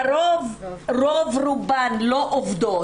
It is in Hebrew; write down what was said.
רוב רובן לא עובדות.